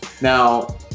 Now